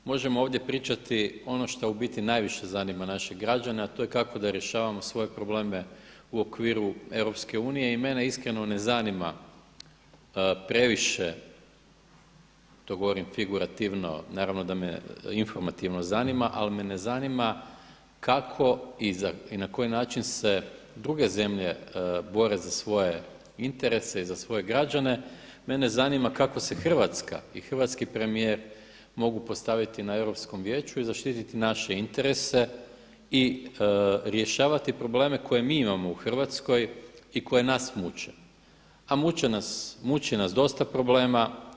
Možemo ovdje pričati ono šta u biti najviše zanima naše građane, a to je kako da rješavamo svoje probleme u okviru EU i mene iskreno ne zanima previše, to govorim figurativno, naravno da me informativno zanima, ali me ne zanima kako i na koji način se druge zemlje bore za svoje interese i za svoje građane, mene zanima kako se Hrvatska i hrvatski premijer mogu postaviti na Europskom vijeću i zaštititi naše interese i rješavati probleme koje mi imamo u Hrvatskoj i koji nas muče, a muči nas dosta problema.